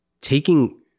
taking